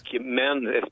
men